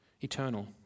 eternal